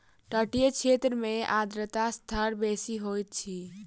तटीय क्षेत्र में आर्द्रता स्तर बेसी होइत अछि